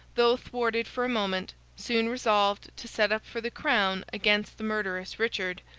though thwarted for a moment, soon resolved to set up for the crown against the murderous richard,